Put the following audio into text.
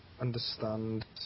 understand